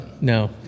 No